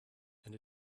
and